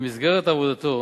במסגרת עבודתו